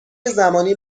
زمانی